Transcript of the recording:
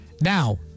Now